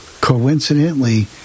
coincidentally